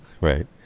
Right